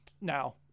Now